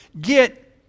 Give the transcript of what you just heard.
get